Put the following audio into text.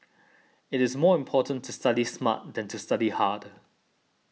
it is more important to study smart than to study hard